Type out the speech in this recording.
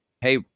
hey